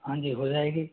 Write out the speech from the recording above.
हाँ जी हो जाएगी